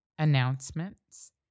announcements